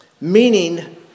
meaning